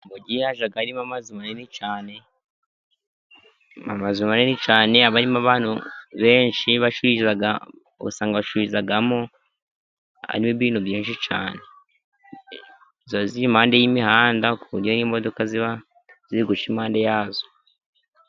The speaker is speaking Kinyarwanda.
Mu mugi haba harimo amazu manini cyane, haba harimo abantu menshi ugasanga bacururizamo, harimo ibintu byinshi cyane, ziba ziri imande y'imihanda kuburyo n'imodoka ziba ziri imande yazo.